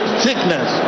sickness